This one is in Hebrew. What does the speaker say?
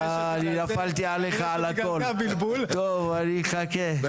אה אני נפלתי עליך על הכל, טוב אני אחכה,